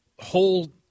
Whole